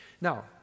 Now